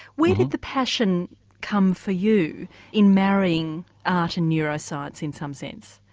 where did the passion come for you in marrying art and neuroscience in some sense?